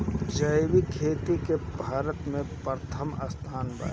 जैविक खेती में भारत का प्रथम स्थान बा